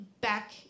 back